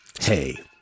hey